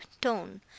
tone